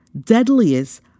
deadliest